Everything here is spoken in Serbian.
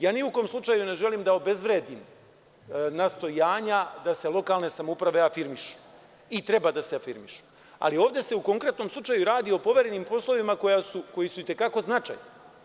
Ja ni u kom slučaju ne želim da obezvredim nastojanja da se lokalne samouprave afirmiši, i treba da se afirmišu, ali ovde se u konkretnom slučaju radi o poverenim poslovima koji su i te kako značajni.